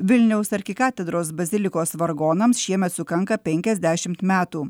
vilniaus arkikatedros bazilikos vargonams šiemet sukanka penkiasdešimt metų